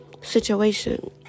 situation